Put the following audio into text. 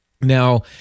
Now